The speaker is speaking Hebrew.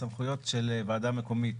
בסמכויות של ועדה מקומית